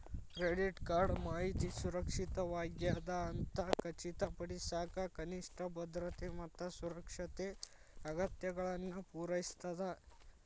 credit card ಮಾಹಿತಿ ಸುರಕ್ಷಿತವಾಗ್ಯದ ಅಂತ ಖಚಿತಪಡಿಸಕ ಕನಿಷ್ಠ ಭದ್ರತೆ ಮತ್ತ ಸುರಕ್ಷತೆ ಅಗತ್ಯತೆಗಳನ್ನ ಪೂರೈಸ್ತದ